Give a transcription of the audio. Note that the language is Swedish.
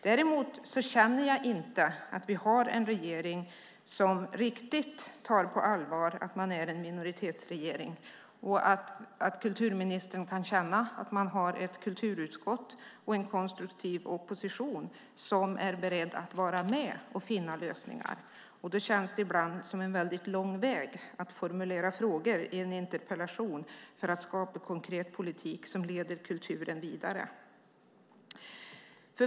Däremot känner jag inte att vi har en regering som riktigt tar på allvar att den är en minoritetsregering. Kulturministern kan känna att man har ett kulturutskott och en konstruktiv opposition som är beredd att vara med och finna lösningar. Då känns det ibland som en väldigt lång väg att formulera frågor i en interpellation för att skapa konkret politik som leder kulturen vidare.